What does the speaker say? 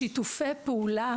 באמת יש לנו פה שיתוף פעולה